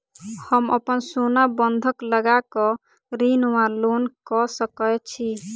हम अप्पन सोना बंधक लगा कऽ ऋण वा लोन लऽ सकै छी?